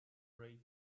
rate